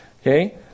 Okay